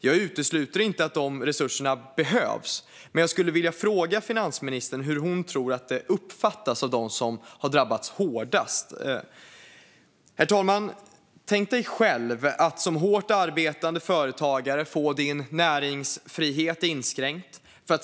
Jag utesluter inte att de resurserna behövs men skulle vilja fråga finansministern hur hon tror att det uppfattas av dem som har drabbats hårdast. Herr talman! Tänk dig själv att som hårt arbetande företagare få din näringsfrihet inskränkt.